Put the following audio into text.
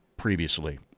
previously